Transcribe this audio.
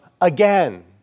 again